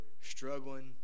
struggling